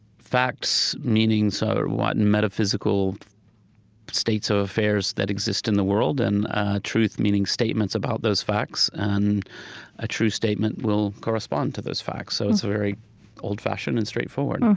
facts, meanings are what metaphysical states of affairs that exist in the world. and truth, meaning statements statements about those facts. and a true statement will correspond to those facts. so it's very old fashioned and straightforward and